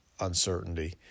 uncertainty